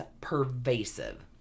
pervasive